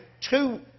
two